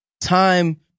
Time